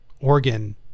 organ